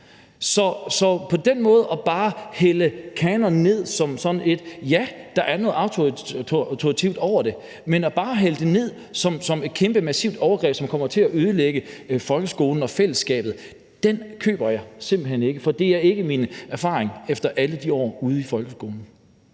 havde gjort, ude på lærerværelserne. Ja, der er noget autoritativt over kanon, men det med bare at hælde det ned ad brættet som et kæmpe, massivt overgreb, som kommer til at ødelægge folkeskolen og fællesskabet, køber jeg simpelt hen ikke, for det er ikke min erfaring efter alle de år ude i folkeskolen.